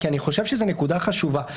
כי אני חושב שזאת נקודה חשובה,